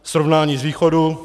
Srovnání z východu.